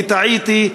וטעיתי,